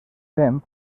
fem